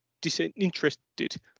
disinterested